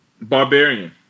Barbarian